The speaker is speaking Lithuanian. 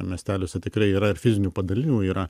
miesteliuose tikrai yra ir fizinių padalinių yra